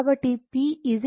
కాబట్టి P VI V' I'